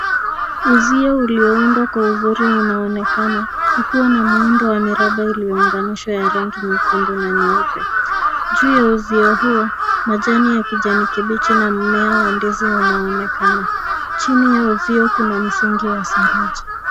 Uzio ulioundwa kwa uzuri unaonekana ukiwa na muundo wa miraba iliounganishwa ya rangi nyekundu na nyeupe. Juu ya uzio huo, majani ya kijani kibichi na mmea wa ndizi unaonekana. Chini ya uzio kuna msingi wa saruji.